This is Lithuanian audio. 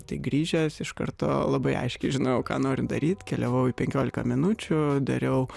tai grįžęs iš karto labai aiškiai žinojau ką noriu daryt keliavau į penkiolika minučių dariau